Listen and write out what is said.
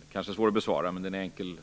Den kanske är svår att besvara, men den är enkel